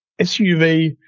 SUV